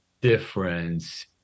difference